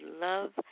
love